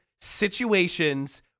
situations